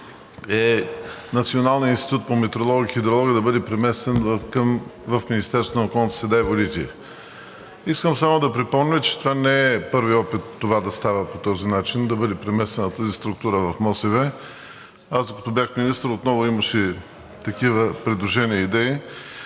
е Националният институт по метеорология и хидрология да бъде преместен в Министерството на околната среда и водите. Искам само да припомня, че това не е първият опит това да става по този начин – да бъде преместена тази структура в МОСВ. Докато бях министър, отново имаше такива предложения и идеи.